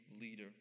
leader